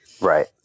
Right